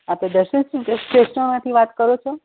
આપણે દર્શન સ્ટેશનરીમાંથી વાત કરો છો